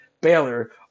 Baylor